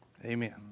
Amen